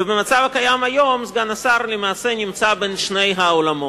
ובמצב הקיים היום סגן השר נמצא בין שני העולמות.